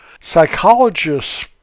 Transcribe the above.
Psychologists